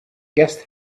guest